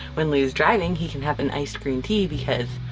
when lou's driving he can have an ice green tea because